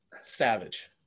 savage